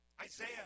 Isaiah